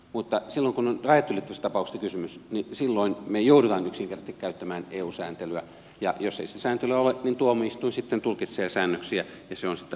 mutta silloin kun on rajat ylittävästä tapauksesta kysymys me joudumme yksinkertaisesti käyttämään eu sääntelyä ja jos ei sitä sääntelyä ole niin tuomioistuin sitten tulkitsee säännöksiä ja se on sitten ainoa tie edetä